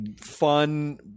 fun